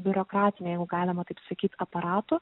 biurokratiniu jeigu galima taip sakyti aparatu